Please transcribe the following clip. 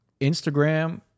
Instagram